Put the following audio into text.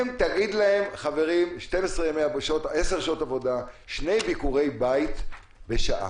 תגיד להם: עשר שעות עבודה, שני ביקורי בית בשעה.